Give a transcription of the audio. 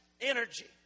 energy